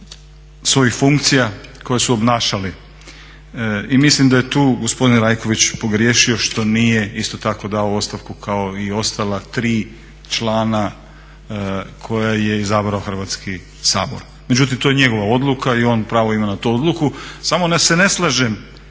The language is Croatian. svojih funkcija koje su obnašali. I mislim da je tu gospodin Rajković pogriješio što nije isto tako dao ostavku kao i ostala tri člana koja je izabrao Hrvatski sabor. Međutim, to je njegova odluka i on pravo ima na tu odluku. Samo se ne slažem